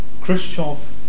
Khrushchev